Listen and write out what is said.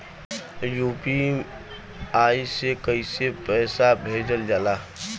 UPI से कइसे पैसा भेजल जाला?